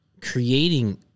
creating